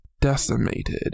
decimated